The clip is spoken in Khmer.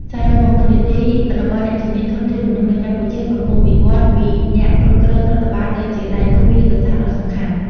សរុបមក តួនាទីរបស់អ្នកជំនាញធនធានមនុស្សនៅកម្ពុជាកំពុងវិវឌ្ឍពីអ្នកគ្រប់គ្រងរដ្ឋបាលទៅជាដៃគូយុទ្ធសាស្ត្រដ៏សំខាន់។